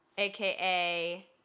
AKA